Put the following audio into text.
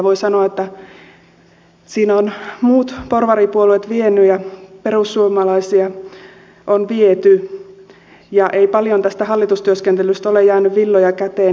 voi sanoa että siinä ovat muut porvaripuolueet vieneet ja perussuomalaisia on viety ja ei paljon tästä hallitustyöskentelystä ole jäänyt villoja käteen